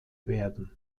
werden